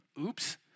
Oops